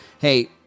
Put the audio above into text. Hey